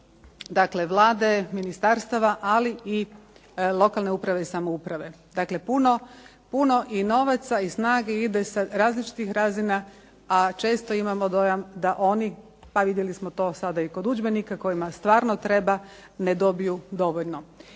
dakle Vlade, ministarstava ali i lokalne uprave i samouprave. Dakle, puno i novaca i snage ide sa različitih razina a često imamo dojam da oni pa vidjeli smo to sada i kod udžbenika kojima stvarno treba ne dobiju dovoljno.